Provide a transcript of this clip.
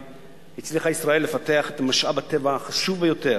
הצליחה ישראל לפתח את משאב הטבע החשוב ביותר,